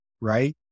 Right